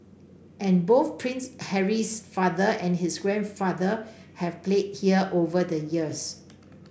and both Prince Harry's father and his grandfather have played here over the years